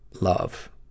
Love